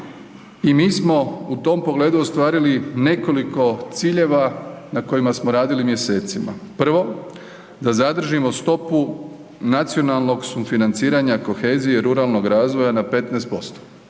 i mi smo u tom pogledu ostvarili nekoliko ciljeva na kojima smo radili mjesecima. Prvo da zadržimo stopu nacionalnog sufinanciranja kohezije ruralnog razvoja na 15%,